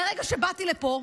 מהרגע שבאתי לפה,